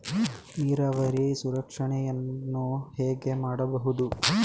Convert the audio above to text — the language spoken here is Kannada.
ನೀರಾವರಿಯ ಸಂರಕ್ಷಣೆಯನ್ನು ಹೇಗೆ ಮಾಡಬಹುದು?